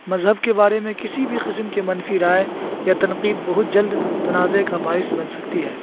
مذہب کے بارے میں کسی بھی قسم کے منفی رائے یا تنقید بہت جلد تنازع کا باعث بن سکتی ہے